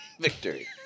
victory